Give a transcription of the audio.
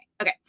okay